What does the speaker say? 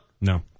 No